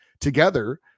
together